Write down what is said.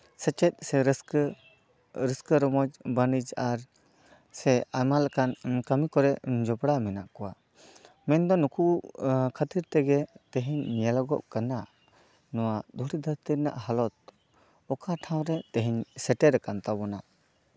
ᱥᱮᱪᱮᱫ ᱥᱮ ᱨᱟᱹᱥᱠᱟᱹ ᱨᱟᱹᱥᱠᱟᱹ ᱨᱚᱢᱚᱡ ᱵᱟᱹᱱᱤᱡ ᱟᱨ ᱥᱮ ᱟᱭᱢᱟ ᱞᱮᱠᱟᱱ ᱠᱟᱹᱢᱤ ᱠᱚᱨᱮᱜ ᱡᱚᱯᱲᱟᱣ ᱢᱮᱱᱟᱜ ᱠᱚᱣᱟ ᱢᱮᱱ ᱫᱚ ᱱᱩᱠᱩ ᱠᱷᱟᱹᱛᱤᱨ ᱛᱮᱜᱮ ᱛᱮᱦᱮᱧ ᱧᱮᱞᱚᱜᱚᱜ ᱠᱟᱱᱟ ᱱᱚᱣᱟ ᱫᱷᱩᱲᱤ ᱫᱷᱟᱹᱨᱛᱤ ᱨᱮᱱᱟᱜ ᱦᱟᱞᱚᱛ ᱚᱠᱟ ᱴᱷᱟᱶᱨᱮ ᱛᱮᱦᱮᱧ ᱥᱮᱴᱮᱨ ᱟᱠᱟᱱ ᱛᱟᱵᱚᱱᱟ